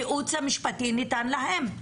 הייעוץ המשפטי ניתן להם,